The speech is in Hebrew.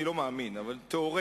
אני לא מאמין אבל תיאורטית,